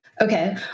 okay